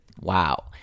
Wow